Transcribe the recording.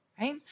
right